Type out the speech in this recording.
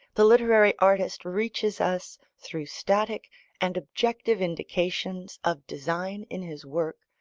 the literary artist reaches us, through static and objective indications of design in his work,